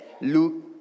Luke